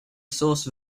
source